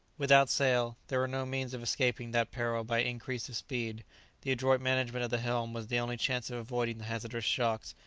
without sail, there were no means of escaping that peril by increase of speed the adroit management of the helm was the only chance of avoiding the hazardous shocks,